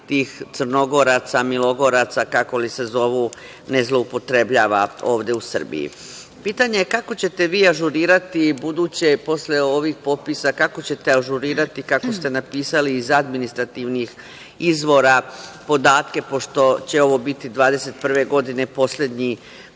tih Crnogoraca, milogoraca, kako li se zovu, ne zloupotrebljava ovde u Srbiji. Pitanje je kako ćete vi ažurirati posle ovih popisa, kako ćete ažurirati, kako ste napisali iz administrativnih izvora podatke, pošto će ovo biti 2021. godine poslednji